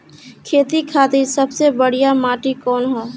खेती खातिर सबसे बढ़िया माटी कवन ह?